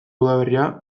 udaberria